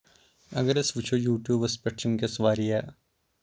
اگر أسۍ وٕچھَو یوٗٹیوٗبَس پٮ۪ٹھ چھِ وٕنکٮ۪س واریاہ